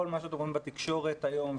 כל מה שמדברים בתקשורת היום,